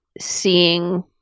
seeing